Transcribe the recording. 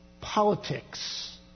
politics